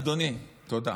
אדוני, תודה.